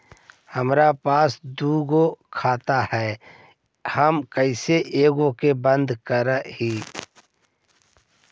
हमरा पास दु गो खाता हैं, हम कैसे एगो के बंद कर सक हिय?